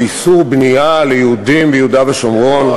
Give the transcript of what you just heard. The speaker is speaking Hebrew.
קשור לשיקולים פוליטיים או לשיקולים אחרים,